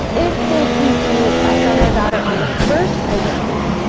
if they conceive a son or daughter on the first pregnancy,